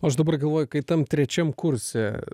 aš dabar galvoju kai tam trečiam kurse